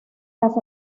las